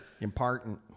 Important